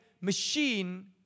machine